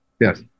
Yes